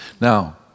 Now